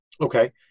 Okay